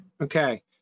Okay